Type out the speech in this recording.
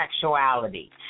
sexuality